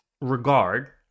regard